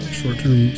short-term